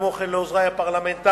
כמו כן, לעוזרי הפרלמנטרים